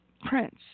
Prince